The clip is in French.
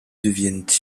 deviennent